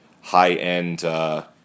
high-end